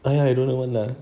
!aiya! you don't know [one] lah